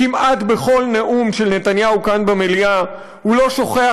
כמעט בכל נאום של נתניהו כאן במליאה הוא לא שוכח